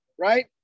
right